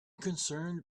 concerned